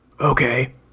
Okay